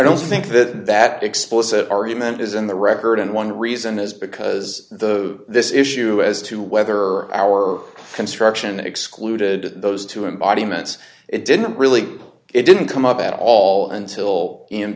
don't think that that explicit argument is in the record and one reason is because those this issue as to whether our construction excluded those two embodiments it didn't really it didn't come up at all until